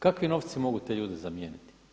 Kakvi novci mogu te ljude zamijeniti?